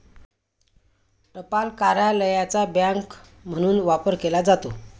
टपाल कार्यालयाचा बँक म्हणून वापर केला जातो